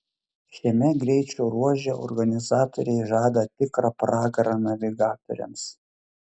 šiame greičio ruože organizatoriai žada tikrą pragarą navigatoriams